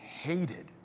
hated